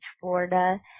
florida